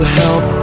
help